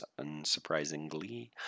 unsurprisingly